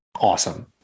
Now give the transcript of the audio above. awesome